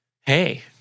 Hey